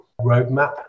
roadmap